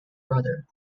brother